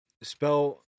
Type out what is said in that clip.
Spell